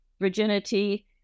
virginity